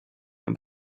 and